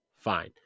Fine